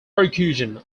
percussion